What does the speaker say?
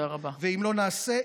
ואם לא נעשה,